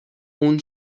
اون